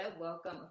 Welcome